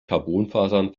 carbonfasern